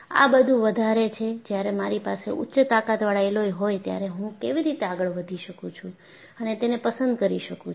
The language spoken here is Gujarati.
આ ખુબ વધારે છે જ્યારે મારી પાસે ઉચ્ચ તાકતવાળા એલોય હોય ત્યારે હું કેવી રીતે આગળ વધી શકું અને તેને પસંદ કરી શકું છું